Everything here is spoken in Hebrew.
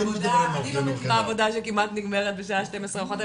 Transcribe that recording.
אני לא מכירה עבודה שנגמרת בשעה 12 או 1,